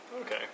Okay